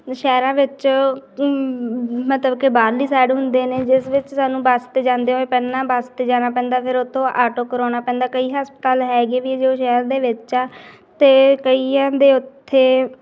ਸ਼ਹਿਰਾਂ ਵਿੱਚ ਮਤਲਬ ਕਿ ਬਾਹਰਲੀ ਸਾਈਡ ਹੁੰਦੇ ਨੇ ਜਿਸ ਵਿੱਚ ਸਾਨੂੰ ਬੱਸ 'ਤੇ ਜਾਂਦੇ ਹੋਏ ਪਹਿਲਾਂ ਬੱਸ 'ਤੇ ਜਾਣਾ ਪੈਂਦਾ ਫਿਰ ਉੱਥੋਂ ਆਟੋ ਕਰਾਉਣਾ ਪੈਂਦਾ ਕਈ ਹਸਪਤਾਲ ਹੈਗੇ ਵੀ ਅਜੇ ਉਹ ਸ਼ਹਿਰ ਦੇ ਵਿੱਚ ਆ ਅਤੇ ਕਈਆਂ ਦੇ ਉੱਥੇ